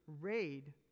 raid